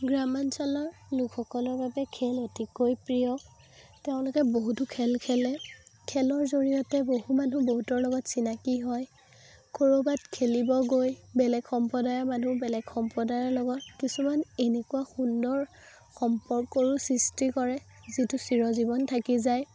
গ্ৰামাঞ্চলৰ লোকসকলৰ বাবে খেল অতিকৈ প্ৰিয় তেওঁলোকে বহুতো খেল খেলে খেলৰ জৰিয়তে বহু মানুহ বহুতৰ লগত চিনাকি হয় ক'ৰবাত খেলিব গৈ বেলেগ সম্প্ৰদায়ৰ মানুহ বেলেগ সম্প্ৰদায়ৰ লগত কিছুমান এনেকুৱা সুন্দৰ সম্পৰ্কৰো সৃষ্টি কৰে যিটো চিৰজীৱন থাকি যায়